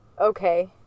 okay